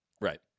Right